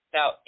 Now